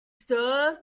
stir